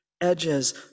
edges